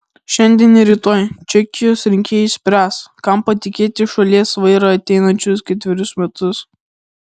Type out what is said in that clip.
šiandien ir rytoj čekijos rinkėjai spręs kam patikėti šalies vairą ateinančius ketverius metus